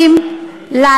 זה לא אומר שזה כשר אבל.